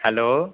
hello